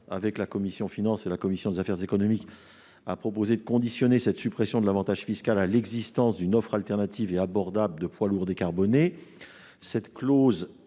avec la commission des finances et la commission des affaires économiques, a proposé de conditionner la suppression de l'avantage fiscal à l'existence d'une offre alternative et abordable de poids lourds décarbonés.